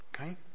okay